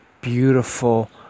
beautiful